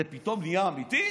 זה פתאום נהיה אמיתי?